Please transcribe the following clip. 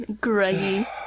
Greggy